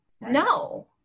no